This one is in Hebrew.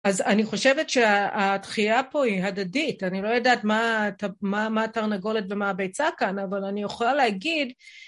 אז אני חושבת שהתחייה פה היא הדדית, אני לא יודעת מה התרנגולת ומה הביצה כאן, אבל אני יכולה להגיד...